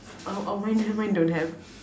oh oh mine mine don't have